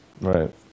Right